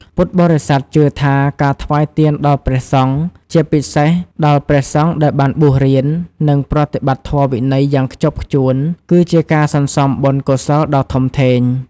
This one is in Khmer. ពុទ្ធបរិស័ទជឿថា ការថ្វាយទានដល់ព្រះសង្ឃ ជាពិសេសដល់ព្រះសង្ឃដែលបានបួសរៀន និងប្រតិបត្តិធម៌វិន័យយ៉ាងខ្ជាប់ខ្ជួន គឺជាការសន្សំបុណ្យកុសលដ៏ធំធេង។